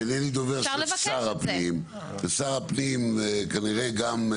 ואינני דובר של שר הפנים ושר הפנים כנראה גם,